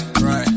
right